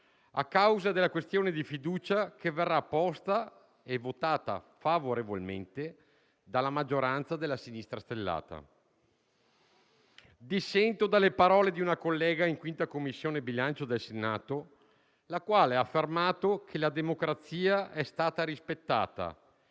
a causa della questione di fiducia che verrà posta e votata favorevolmente dalla maggioranza della sinistra stellata. Dissento dalle parole di una collega pronunciate nella 5a Commissione del Senato, la quale ha affermato che la democrazia è stata rispettata,